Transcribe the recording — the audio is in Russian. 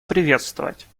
приветствовать